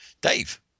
dave